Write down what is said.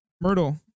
myrtle